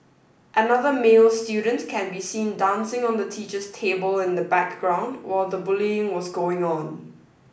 another male student can be seen dancing on the teacher's table in the background while the bullying was going on